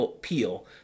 Peel